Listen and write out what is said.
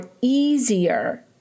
easier